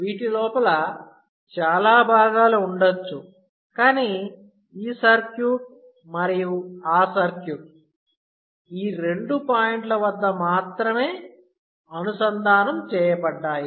వీటి లోపల చాలా భాగాలు ఉండవచ్చు కానీ ఈ సర్క్యూట్ మరియు ఆ సర్క్యూట్ ఈ రెండు పాయింట్ల వద్ద మాత్రమే అనుసంధానం చేయబడ్డాయి